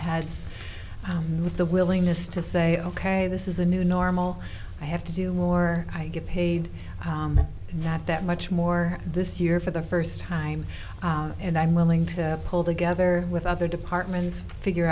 with the willingness to say ok this is a new normal i have to do more i get paid not that much more this year for the first time and i'm willing to pull together with other departments figure